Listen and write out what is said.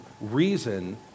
reason